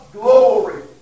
glory